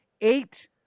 eight